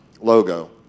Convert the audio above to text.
logo